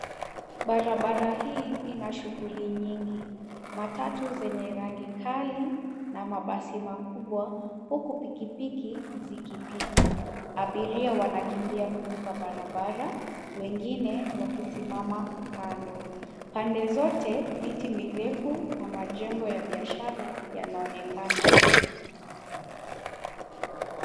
Barabara hii ina shughuli nyingi. Matatu zenye rangi kali na mabasi makubwa huku pikipiki zikipita. Abiria wanakimbia kuvuka barabara wengine wakisimama kando. Pande zote miti mirefu na majengo ya biashara yanaonekana.